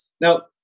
Now